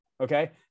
okay